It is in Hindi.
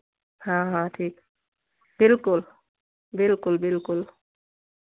हाँ हाँ ठीक बिल्कुल बिल्कुल बिल्कुल